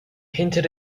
hinted